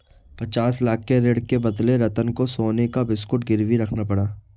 पचास लाख के ऋण के बदले रतन को सोने का बिस्कुट गिरवी रखना पड़ा